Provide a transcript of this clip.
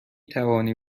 توانی